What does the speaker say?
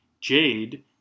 Jade